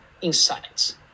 insights